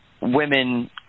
women